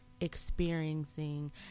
experiencing